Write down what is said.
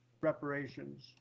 reparations